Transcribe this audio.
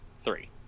three